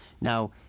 Now